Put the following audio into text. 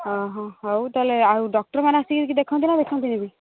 ଓ ହଁ ହଉ ତାହେଲେ ଆଉ ଡକ୍ଟର୍ମାନେ ଆସିକି ଦେଖନ୍ତି ନା ଦେଖନ୍ତିନି ବି